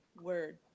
Word